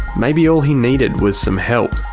maybe all he needed was some help.